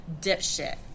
dipshit